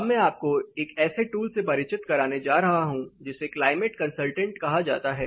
अब मैं आपको एक ऐसे टूल से परिचित कराने जा रहा हूं जिसे क्लाइमेट कंसलटेंट कहा जाता है